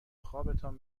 خوابتان